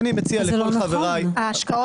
זה לא נכון.